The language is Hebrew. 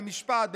במשפט,